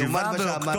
אני אומר את מה שאמרת,